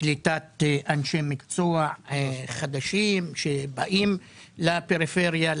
קליטת אנשי מקצוע חדשים שבאים לפריפריה,